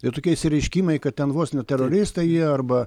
ir tokie išsireiškimai kad ten vos ne teroristai arba